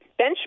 benchmark